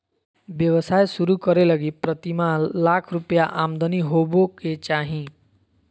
व्यवसाय शुरू करे लगी प्रतिमाह लाख रुपया आमदनी होबो के चाही